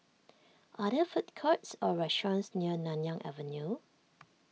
are there food courts or restaurants near Nanyang Avenue